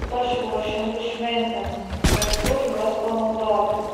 ypač ruošiantis šventėms bet kur juos panaudoti